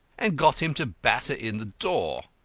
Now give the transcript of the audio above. and got him to batter in the door.